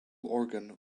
organ